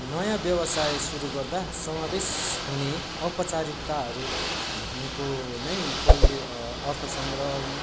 नयाँ व्यवसाय शुरू गर्दा समावेश हुने औपचारिकताहरू भनेको नै पहिले अर्थ सङ्ग्रह हुन्